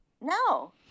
No